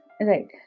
right